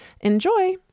Enjoy